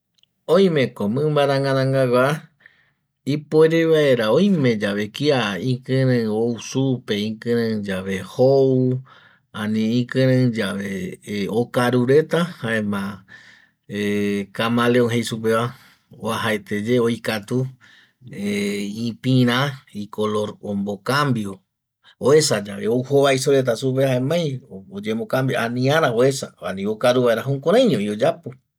Oime ko mimba ranga rangagua ipuere vaera oime yave kia ikirei ou supe ikirae yave jou ani ikirae yave okarureta jaema Camaleon jei supe va uajaete ye oikatu ipira i color ombo cambio uesa yave ou jovaiso reta supe jaemai oye mo cambio ani vaera uesa ani okaru vaera jukurai oyapo